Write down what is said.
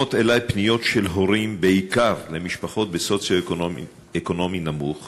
לעלות לדוכן כדי להשיב על שאילתה דחופה מס' 121 מאת חבר הכנסת מאיר